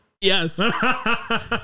Yes